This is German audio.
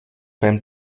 beim